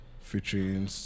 featuring